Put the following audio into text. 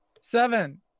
seven